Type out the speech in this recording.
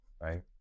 right